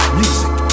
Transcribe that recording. music